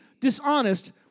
dishonest